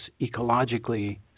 ecologically